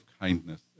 kindness